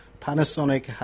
Panasonic